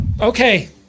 Okay